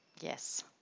yes